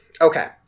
okay